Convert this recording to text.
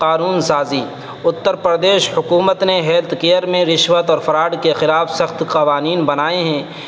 قانون سازی اتر پردیش حکومت نے ہیلتھ کیئر میں رشوت اور فراڈ کے خلاف سخت قوانین بنائے ہیں